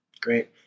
Great